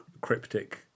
cryptic